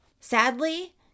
Sadly